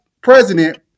president